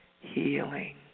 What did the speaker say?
healing